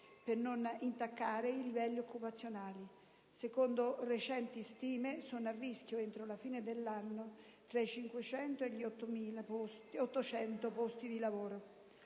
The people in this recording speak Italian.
per non intaccare i livelli occupazionali. Secondo recenti stime sono a rischio, entro la fine dell'anno, tra i 500.000 e gli 800.000 posti di lavoro.